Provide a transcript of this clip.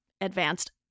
advanced